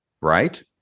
right